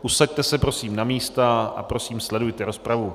Usaďte se prosím na místa a prosím, sledujte rozpravu.